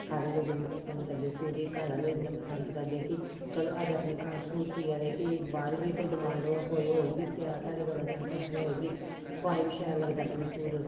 सारे लोक इन्ने पंसद करदे सूट एह् घर आह्ले इन्ना पसंद करदे कि चलो अज्ज अपने घर सूट सीआ दे कि बाद बी कोई डिमांड होऐ कोई होर बी सिआऽ साढ़े कोला ते अस बी आखने होर बी कुहै बी शैल लगदा कन्नै सूट